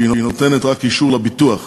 היא רק נותנת אישור לביטוח.